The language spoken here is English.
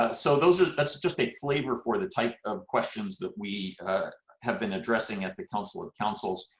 ah so those are. that's just a flavor for the type of questions that we have been addressing at the council of councils,